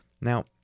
now